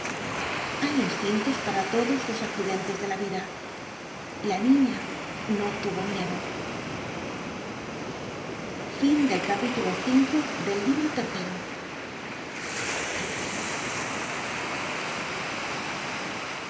hay instintos para todos los accidentes de la vida la niña no tuvo miedo